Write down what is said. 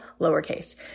lowercase